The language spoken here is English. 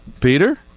peter